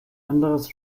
anderes